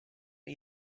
dai